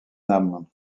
nam